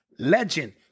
Legend